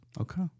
Okay